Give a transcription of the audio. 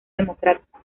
democrático